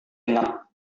ingat